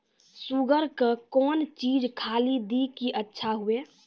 Sugar के कौन चीज खाली दी कि अच्छा हुए?